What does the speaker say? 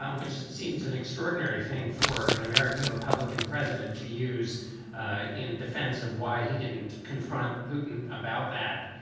um which it seems an extraordinary thing for an american republican president to use in defense of why he didn't confront putin about that.